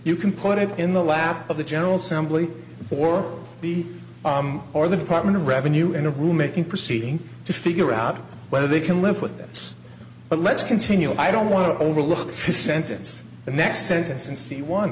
you can put it in the lap of the general simply or b or the department of revenue in a room making proceeding to figure out whether they can live with this but let's continue i don't want to overlook the sentence the next sentence and see one